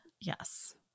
Yes